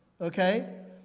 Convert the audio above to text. okay